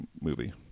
movie